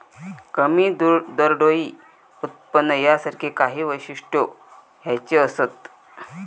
कमी दरडोई उत्पन्न यासारखी काही वैशिष्ट्यो ह्याची असत